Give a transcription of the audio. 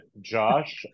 Josh